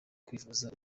kuvuza